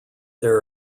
there